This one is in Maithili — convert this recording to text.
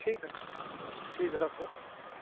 ठीक अइ ठीक हए रखु